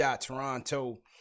Toronto